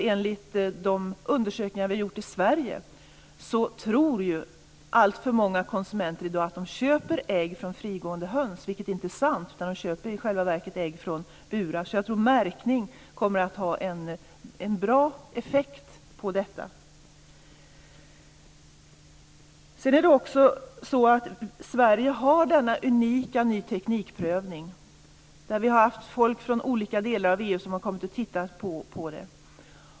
Enligt undersökningar som vi har gjort i Sverige tror alltför många konsumenter i dag att de köper ägg från frigående höns trots att de i själva verket köper ägg från burhöns. Jag tror att märkning kommer att ha en bra effekt på detta. Det är vidare så att Sverige har en unik prövning av ny teknik. Folk från olika delar av EU har kommit och tittat på den.